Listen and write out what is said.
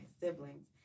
siblings